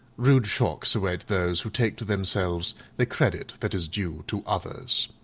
rude shocks await those who take to themselves the credit that is due to others.